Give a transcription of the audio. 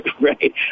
Right